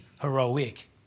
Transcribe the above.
heroic